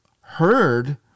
heard